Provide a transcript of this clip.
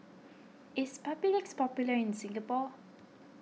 is Papulex popular in Singapore